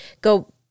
go